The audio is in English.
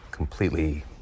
Completely